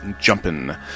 Jumpin